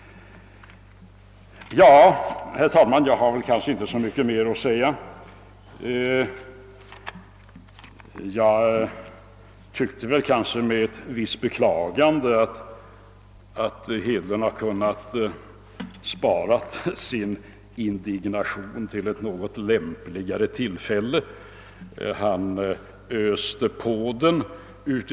Herr talman! Jag har inte så mycket mer att säga. Jag tyckte kanske att herr Hedlund hade kunnat spara sin indignation till ett något lämpligare tillfälle, och jag beklagar att han inte gjorde det.